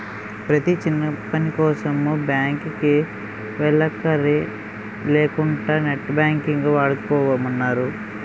ప్రతీ చిన్నపనికోసం బాంకుకి వెల్లక్కర లేకుంటా నెట్ బాంకింగ్ వాడుకోమన్నారు